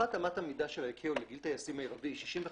אחת אמת המידה של ה-ICAO לגיל טייסים מירבי היא 65 שנה,